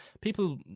people